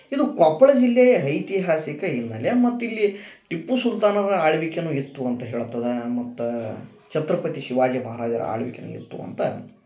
ಇದು ಕೊಪ್ಪಳ ಜಿಲ್ಲೆಯ ಐತಿಹಾಸಿಕ ಹಿನ್ನೆಲೆ ಮತ್ತು ಇಲ್ಲಿ ಟಿಪ್ಪು ಸುಲ್ತಾನರ ಆಳ್ವಿಕೆನು ಇತ್ತು ಅಂತ ಹೇಳ್ತದ ಅನ್ವಂಥಾ ಛತ್ರಪತಿ ಶಿವಾಜಿ ಮಹಾ ರಾಜರ ಆಳ್ವಿಕೆನು ಇತ್ತು ಅಂತ